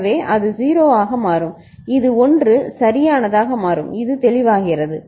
எனவே அது 0 ஆக மாறும் இது 1 சரியானதாக மாறும் இது தெளிவாகிறது